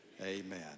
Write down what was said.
amen